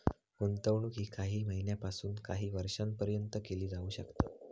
गुंतवणूक ही काही महिन्यापासून काही वर्षापर्यंत केली जाऊ शकता